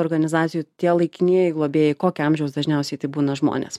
organizacijų tie laikinieji globėjai kokio amžiaus dažniausiai tai būna žmonės